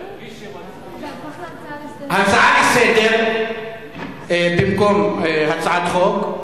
הצעה לסדר-היום במקום הצעת חוק.